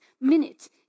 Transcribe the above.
minute